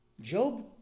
Job